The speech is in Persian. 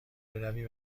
بروی